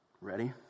Ready